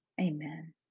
Amen